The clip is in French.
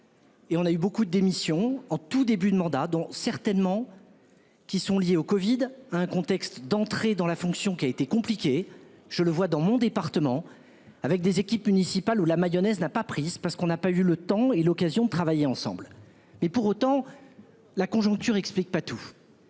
Et on a eu beaucoup de démissions en tout début de mandat dont certainement. Qui sont liés au Covid, un contexte d'entrer dans la fonction qui a été compliqué. Je le vois dans mon département. Avec des équipes municipales ou la mayonnaise n'a pas prise parce qu'on n'a pas eu le temps et l'occasion de travailler ensemble. Mais pour autant. La conjoncture explique pas tout.